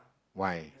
why